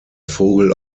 vogel